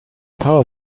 power